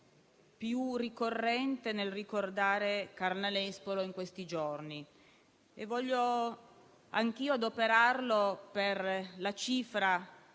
più ricorrente nel ricordare Carla Nespolo in questi giorni. Voglio anch'io adoperarlo per la cifra